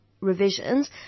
revisions